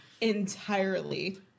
entirely